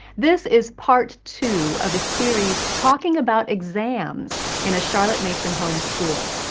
this is part two of a series talking about exams in a charlotte mason home school.